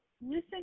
Listen